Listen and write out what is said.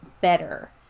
better